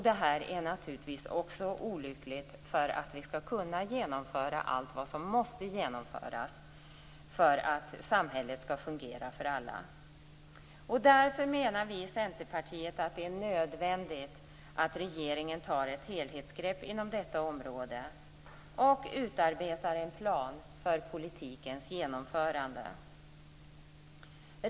Det här är naturligtvis också olyckligt om vi skall kunna genomföra allt det som måste genomföras för att samhället skall fungera för alla. Därför menar vi i Centerpartiet att det är nödvändigt att regeringen tar ett helhetsgrepp inom detta område och utarbetar en plan för politikens genomförande.